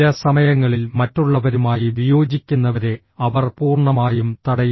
ചില സമയങ്ങളിൽ മറ്റുള്ളവരുമായി വിയോജിക്കുന്നവരെ അവർ പൂർണ്ണമായും തടയും